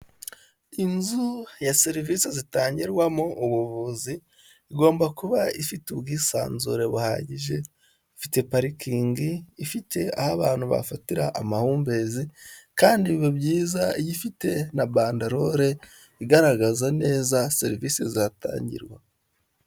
Inzu ya serivisi zitangirwamo ubuvuzi igomba kuba ifite ubwisanzure buhagije, ufite parikingi, ifite aho abantu bafatira amahumbezi kandi biba byiza ifite na bandalore igaragaza neza serivisi zatangirwa.